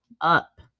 up